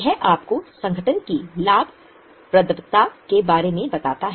यह आपको संगठन की लाभप्रदता के बारे में बताता है